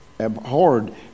Abhorred